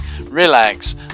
relax